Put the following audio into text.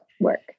work